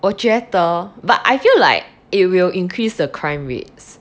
我觉得 but I feel like it will increase the crime rates